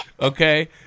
Okay